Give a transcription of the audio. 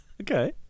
okay